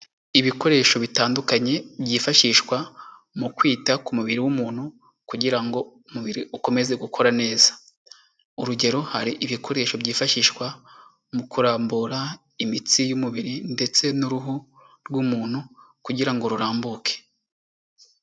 Ibikoresho bitandukanye byifashishwa mu kwita ku mubiri w'umuntu kugira ngo umubiri ukomeze gukora neza. Urugero hari ibikoresho byifashishwa mu kurambura imitsi y'umubiri ndetse n'uruhu rw'umuntu kugira ngo rurambuke.